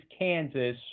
Kansas